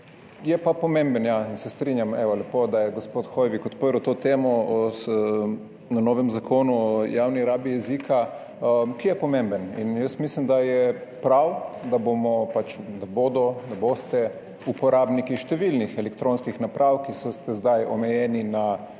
Je pa pomemben, ja, in se strinjam. Evo, lepo, da je gospod Hoivik odprl to temo o novem zakonu o javni rabi jezika, ki je pomemben. Mislim, da je prav, da bomo, da bodo, da boste uporabniki številnih elektronskih naprav, ki ste zdaj omejeni na angleščino